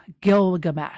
Gilgamesh